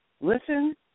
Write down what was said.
Listen